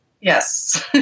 Yes